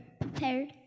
prepared